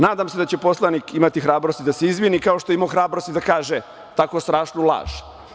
Nadam se da će poslanik imati hrabrosti da se izvini, kao što je imao hrabrosti da kaže tako strašnu laž.